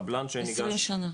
עשרים שנה.